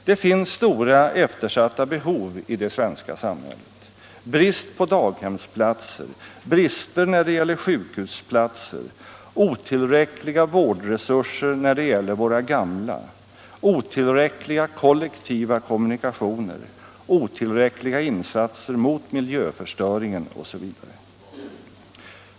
Det finns stora eftersatta behov i det svenska samhället — brist på daghemsplatser, brister när det gäller sjukhusplatser, otillräckliga vårdresurser när det gäller våra gamla, otillräckliga kollektiva kommunikationer, otillräckliga insatser mot miljöförstöringen osv.